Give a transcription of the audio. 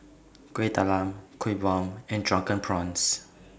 Kuih Talam Kuih Bom and Drunken Prawns